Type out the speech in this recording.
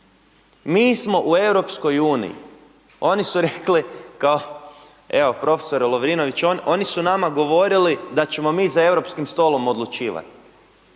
Mi smo u EU, oni su rekli, kao evo profesore Lovrinović, oni su nama govorili da ćemo mi za europskim stolom odlučivat,